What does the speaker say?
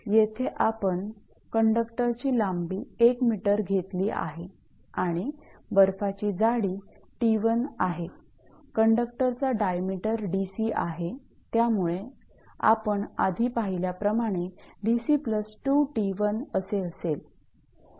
येथे आपण कंडक्टरची लांबी एक मीटर घेतली आहे आणि बर्फाची जाडी 𝑡1आहे कंडक्टरचा डायमीटर 𝑑𝑐 आहे त्यामुळे आपण आधी पाहिल्याप्रमाणे 𝑑𝑐 2𝑡1 असे असेल